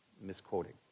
misquoting